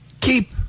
keep